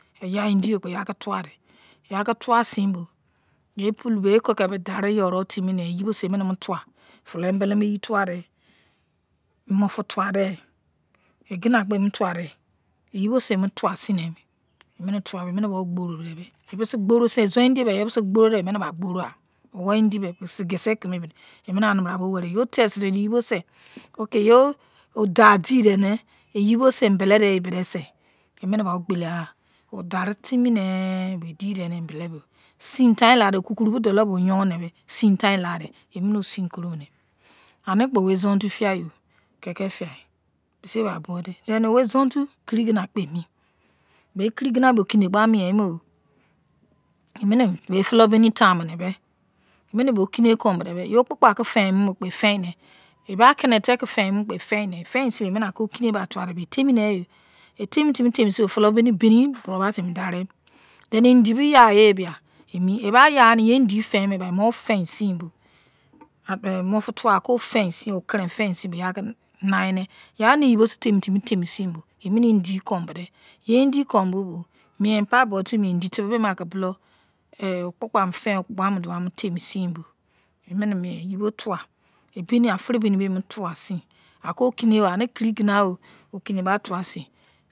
Indio kpo yaiki towadei yaiki tuwa sin bo pulu bei kon aki taru yuron sin bo emine yeibosei eminimo tuwa fulo embelemo yei bosei emonino towa mufo tuwadei, egina kpo emo tuwadei eyeibo sei emu tuwadein neibe emini tubabo, emini okgoru deibei ebise okgbora double izon-india bai emi bai kgbora ya owu-indi be kisi kon mie emini otesti dei yoei odadidene yeibo sei embele dein ye sei emine ba ogbiliya odari timine youi diedene embele bo okuru kuru bo dolon bo yon neibe sein tmie laidei emine osinkuro mudei anekpo wei izon-otun fiyai kekefiyai bisiye bai buwosei then wei izon-otun kirigina kpe emi woi okine kai miemo bei fulobeni tamunobei emine bei okine kon bodebe yo ogbukpa kon emo fein deou kpo eba akinetei ke emu fein dei mi efeindei efein sinbo ya okini ma tuwo sinbo etimi nei etimitimi temi seindei neyei ba fulo beni mei buro bai timi dari mi then indibei yai ye bia bai yai ani you fein mei bia yo ofein sinbo moufu tuwa ofein okiyinseinbo yaike naidei temi timi temi sein bo emine indi konbodei ye indi kon bobo miami pai ye eni indi teibe bolou ki temi tuwa bo bai fein ogbukpa kon temiseinbo emimeyebo tuwa afuro beni bei emutuwa sein bo aku okeni ani kirigina bai tuwasin